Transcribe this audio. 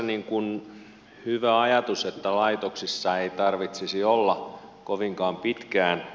sinänsä on hyvä ajatus että laitoksissa ei tarvitsisi olla kovinkaan pitkään